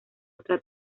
otra